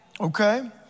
okay